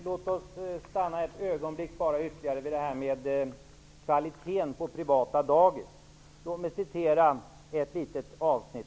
Herr talman! Låt oss bara stanna ytterligare ett ögonblick vid kvaliteten på privata dagis. Jag vill citera ett litet avsnitt: